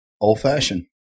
Old-fashioned